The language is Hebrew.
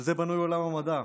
על זה בנוי עולם המדע,